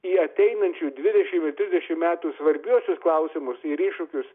į ateinančių dvidešim ir trisdešim metų svarbiuosius klausimus ir iššūkius